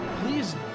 please